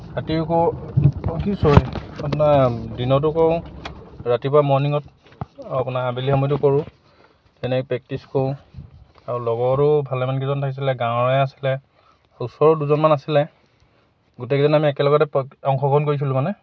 আপোনাৰ দিনতো কৰো ৰাতিপুৱা মৰ্ণিঙত আপোনাৰ আবেলি সময়টো কৰোঁ তেনেকৈ প্ৰেক্টিছ কৰোঁ আৰু লগৰো ভালেমানকেইজন থাকিছিলে গাঁৱৰে আছিলে ওচৰৰো দুজনমান আছিলে গোটেইকেইজন আমি একেলগতে প অংশগ্ৰণ কৰিছিলোঁ মানে